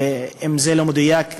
אם זה לא מדויק,